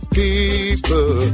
people